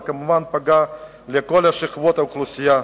וכמובן פגע בכל שכבות האוכלוסייה.